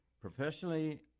Professionally